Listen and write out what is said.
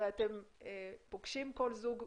הרי אתם פוגשים כל זוג,